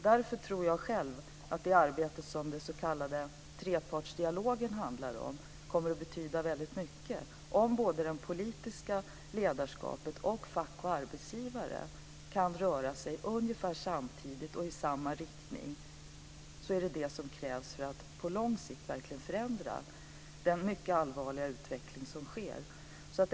Därför tror jag själv att det arbete som den s.k. trepartsdialogen handlar om kommer att betyda väldigt mycket om både det politiska ledarskapet, fack och arbetsgivare kan röra sig ungefär samtidigt och i samma riktning. Det är det som krävs för att på lång sikt verkligen förändra den mycket allvarliga utveckling som sker.